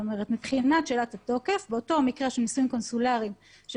זאת אומרת מבחינת שאלת התוקף באותו מקרה של נישואים קונסולריים של